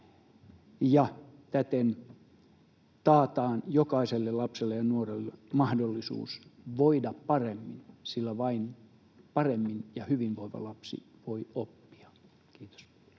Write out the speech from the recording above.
ja täten taataan jokaiselle lapselle ja nuorelle mahdollisuus voida paremmin, sillä vain hyvinvoiva lapsi voi oppia. — Kiitos.